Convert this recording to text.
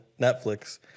Netflix